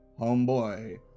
Homeboy